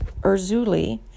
Urzuli